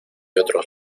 otros